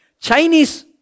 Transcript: Chinese